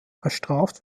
bestraft